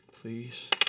Please